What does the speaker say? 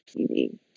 TV